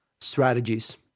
strategies